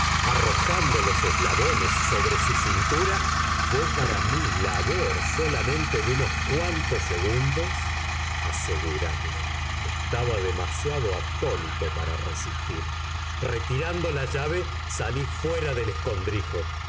arrojando los eslabones sobre su cintura fué para mí labor solamente de unos cuantos segundos asegurarle estaba demasiado atónito para resistir retirando la llave salí fuera del escondrijo